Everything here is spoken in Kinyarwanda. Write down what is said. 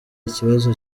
ikibazo